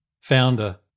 founder